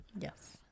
Yes